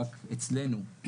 רק אצלנו,